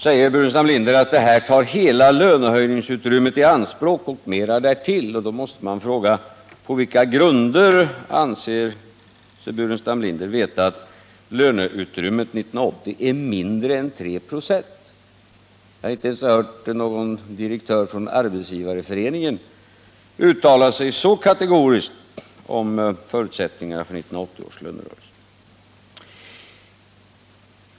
Staffan Burenstam Linder säger att detta tar hela lönehöjningsutrymmet i anspråk och mer därtill. Då måste man fråga: På vilka grunder anser sig Staffan Burenstam Linder veta att löneutrymmet 1980 är mindre än 3 ".? Jag har inte ens hört någon direktör från Arbetsgivareföreningen uttala sig så kategoriskt om förutsättningarna för 1980 års lönerörelse.